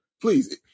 please